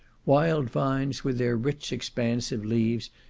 wild vines, with their rich expansive leaves,